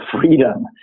freedom